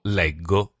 leggo